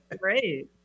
great